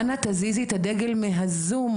אנא, תזיזי את הדגל מהזום,